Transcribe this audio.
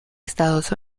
estados